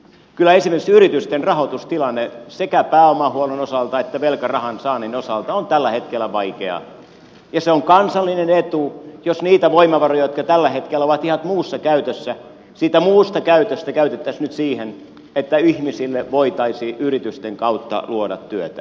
kyllä esimerkiksi yritysten rahoitustilanne sekä pääomahuollon osalta että velkarahan saannin osalta on tällä hetkellä vaikea ja se on kansallinen etu jos niitä voimavaroja jotka tällä hetkellä ovat ihan muussa käytössä siitä muusta käytöstä käytettäisiin nyt siihen että ihmisille voitaisiin yritysten kautta luoda työtä